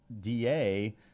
DA